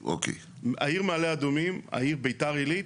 העיר מעלה אדומים, העיר בית"ר עלית,